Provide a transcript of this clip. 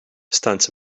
stands